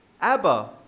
Abba